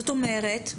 זאת אומרת,